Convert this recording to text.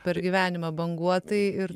per gyvenimą banguotai ir